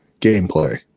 gameplay